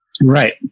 Right